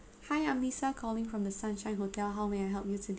I am lisa calling from the sunshine hotel how may I help you today